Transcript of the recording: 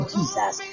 Jesus